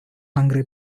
hungry